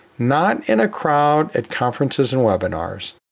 not in a crowd at conferences and webinars?